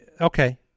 Okay